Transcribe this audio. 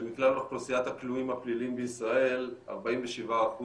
שמכלל אוכלוסיית הכלואים הפליליים בישראל 47%